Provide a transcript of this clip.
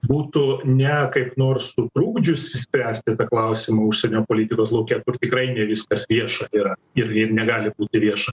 būtų ne kaip nors sutrukdžiusi spręsti klausimą užsienio politikos lauke kur tikrai viskas vieša yra ir ir negali būti vieša